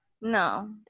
No